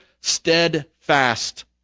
steadfast